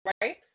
right